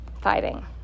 fighting